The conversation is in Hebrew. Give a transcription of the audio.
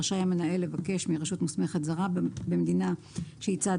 רשאי המנהל לבקש מרשות מוסמכת זרה במדינה שהיא צד